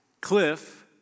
Cliff